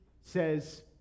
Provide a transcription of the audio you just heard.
says